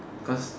because